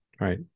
Right